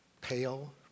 pale